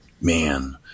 man